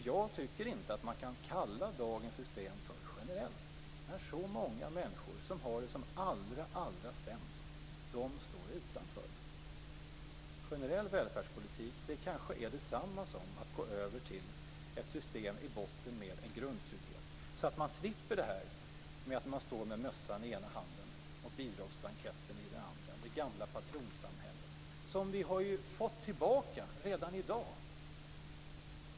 Jag tycker inte att man kan kalla dagens system för generellt när så många av de människor som har det allra sämst står utanför. Generell välfärdspolitik är kanske detsamma som att gå över till ett system med en grundtrygghet i botten. Då skulle man slippa detta att man står med mössan i ena handen och bidragsblanketten i den andra, det gamla patronsamhället. Det har vi ju fått tillbaka redan i dag.